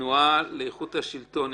מהתנועה לאיכות השלטון,